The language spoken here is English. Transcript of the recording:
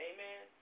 Amen